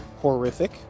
horrific